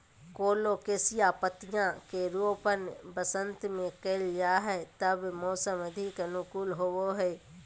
colocasia पत्तियां के रोपण वसंत में कइल जा हइ जब मौसम अधिक अनुकूल होबो हइ